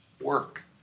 work